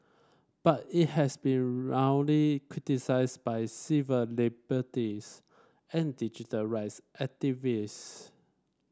but it has been roundly criticised by civil liberties and digital rights activists